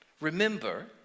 Remember